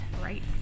Right